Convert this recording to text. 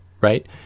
right